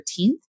13th